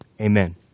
Amen